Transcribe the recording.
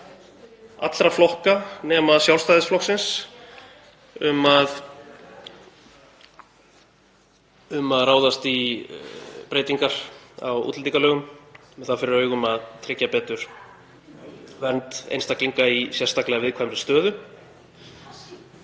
allra flokka nema Sjálfstæðisflokksins um að ráðast í breytingar á útlendingalögum með það fyrir augum að tryggja betur vernd einstaklinga í sérstaklega viðkvæmri stöðu